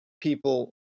people